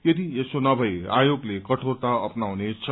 यदि यसो नभए आयोगले कठोरता अप्नाउनेछ